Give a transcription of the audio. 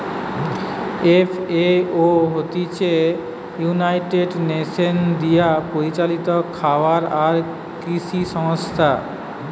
FAO হতিছে United Nations দিয়া পরিচালিত খাবার আর কৃষি সংস্থা